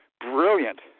brilliant